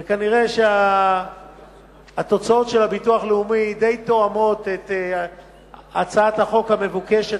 ונראה שהתוצאות של הביטוח הלאומי די תואמות את הצעת החוק המבוקשת,